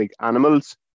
animals